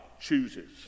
chooses